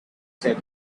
said